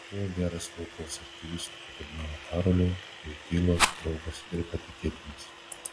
buvo geras krokuvos arkivyskupo kardinolo karolio vojtylos draugas ir patikėtinis